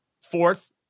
fourth